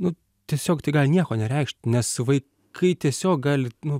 nu tiesiog tai gali nieko nereikšti nes vaikai tiesiog gali nu